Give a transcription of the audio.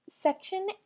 Section